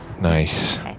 Nice